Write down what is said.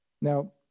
Now